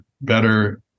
better